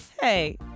Hey